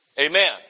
amen